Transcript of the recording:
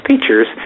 features